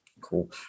Cool